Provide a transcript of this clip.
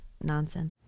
nonsense